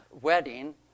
wedding